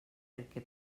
perquè